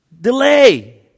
delay